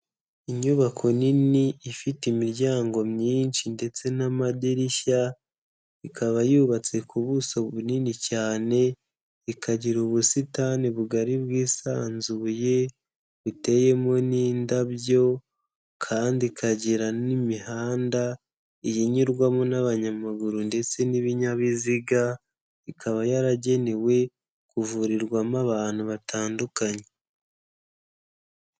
Inyubako nini ifite imiryango myinshi ndetse n'amadirishya, ikaba yubatse ku buso bunini cyane, ikagira ubusitani bugari bwisanzuye buteyemo n'indabyo kandi ikagira n'imihanda iyi inyurwamo n'abanyamaguru ndetse n'ibinyabiziga, ikaba yaragenewe kuvurirwamo abantu batandukanye.